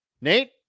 Nate